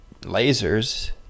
lasers